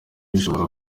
ishobora